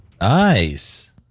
Nice